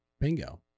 bingo